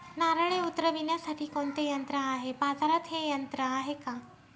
नारळे उतरविण्यासाठी कोणते यंत्र आहे? बाजारात हे यंत्र आहे का?